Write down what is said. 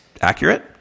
accurate